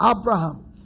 Abraham